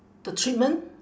the treatment